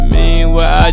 Meanwhile